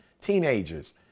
Teenagers